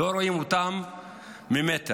לא רואים אותם ממטר.